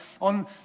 on